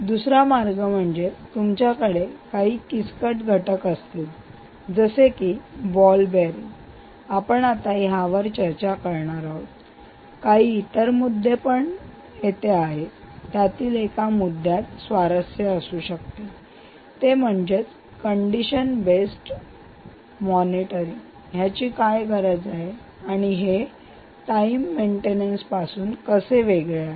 दुसरा मार्ग म्हणजे तुमच्याकडे जर काही किचकट घटक असतील जसे की बॉल बेअरिंग आपण आता यावर चर्चा करणार आहोत काही इतर मुद्दे पण इथे आहेत त्यातील एका मुद्द्यात स्वारस्य असू शकते ते म्हणजे कंडिशन बेस्ट मॉनिटरिंग ह्याची काय गरज आहे आणि हे टाईम मेंटेनन्स पासून कसे वेगळे आहे